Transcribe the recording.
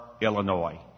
Illinois